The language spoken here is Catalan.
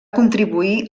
contribuir